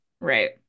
right